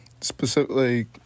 specifically